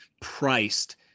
priced